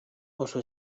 oso